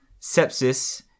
sepsis